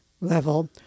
level